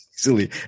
easily